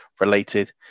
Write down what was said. related